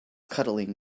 cuddling